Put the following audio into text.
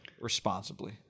responsibly